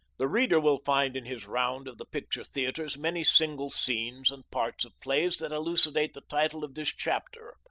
the reader will find in his round of the picture theatres many single scenes and parts of plays that elucidate the title of this chapter.